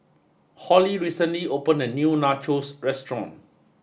Hollie recently opened a new Nachos restaurant